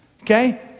Okay